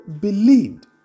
believed